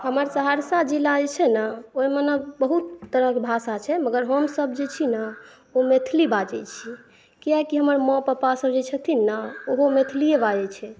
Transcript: हमर सहरसा जिला जे छै ने ओहिमे ने बहुत तरह के भाषा छै मगर हमसब जे छी ने ओ मैथिली बाजै छी कियाकि हमर माँ पापा सब जे छथिन ने ओहो मैथिलिए बाजै छै